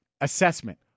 assessment